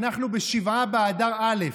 אנחנו בשבעה באדר א',